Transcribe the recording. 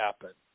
happen